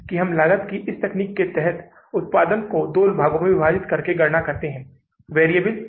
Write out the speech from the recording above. तो इस शेष राशि में हम इस राशि का कितना उपयोग करते हैं जोकि 4000 डॉलर है